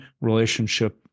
relationship